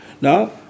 Now